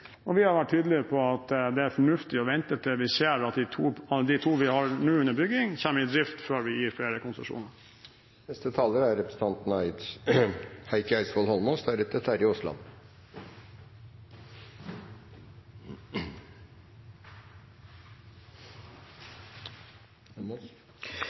og vi har vært tydelige på at det er fornuftig å vente til vi ser at de to vi har under bygging, kommer i drift før vi gir flere konsesjoner. Det er to forhold jeg har behov for å ta opp. Det ene er